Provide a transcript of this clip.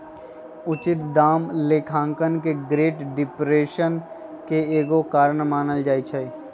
उचित दाम लेखांकन के ग्रेट डिप्रेशन के एगो कारण मानल जाइ छइ